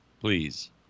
Please